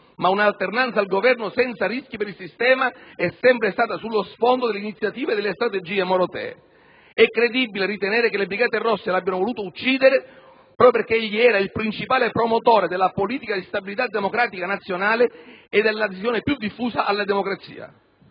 ma una alternanza al Governo senza rischi per il sistema è sempre stata sullo fondo delle iniziative e delle strategie morotee. È credibile ritenere che le brigate rosse l'abbiano voluto uccidere proprio perché egli era il principale promotore della politica di stabilità democratica nazionale e dell'adesione più diffusa alla democrazia.